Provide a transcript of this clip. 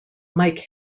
mike